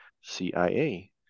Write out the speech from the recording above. CIA